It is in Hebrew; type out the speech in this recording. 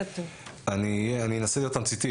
אני אנסה להיות תמציתי.